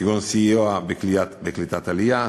כגון סיוע בקליטת עלייה,